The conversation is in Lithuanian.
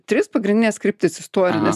tris pagrindines kryptis įstonines